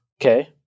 Okay